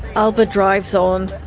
alba drives on,